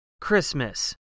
Christmas